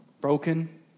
broken